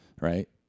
right